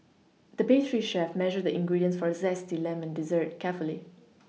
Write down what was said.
the pastry chef measured the ingredients for a zesty lemon dessert carefully